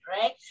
right